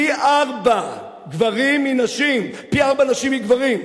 פי-ארבעה נשים מגברים, פי-ארבעה נשים מגברים,